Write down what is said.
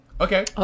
Okay